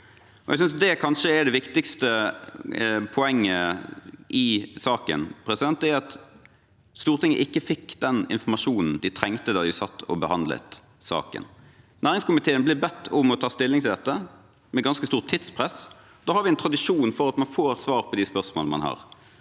det er det viktigste poenget i saken – at Stortinget ikke fikk den informasjonen de trengte da de satt og behandlet den. Næringskomiteen ble bedt om å ta stilling til dette, med ganske stort tidspress. Da har vi en tradisjon for at man får svar på de spørsmålene man har.